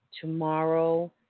tomorrow